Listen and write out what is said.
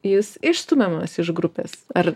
jis išstumiamas iš grupės ar